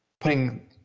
putting